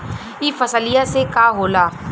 ई फसलिया से का होला?